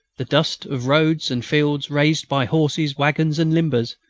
the dust of roads and fields, raised by horses, waggons, and limbers,